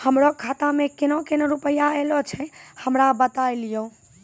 हमरो खाता मे केना केना रुपैया ऐलो छै? हमरा बताय लियै?